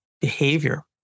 behavior